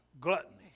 gluttony